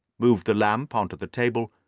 moved the lamp onto the table,